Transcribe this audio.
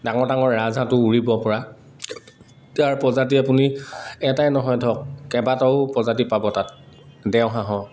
ডাঙৰ ডাঙৰ ৰাজহাঁহটো উৰিব পৰা তাৰ প্ৰজাতি আপুনি এটাই নহয় ধৰক কেবাটাও প্ৰজাতি পাব তাত দেওহাঁহৰ